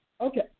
Okay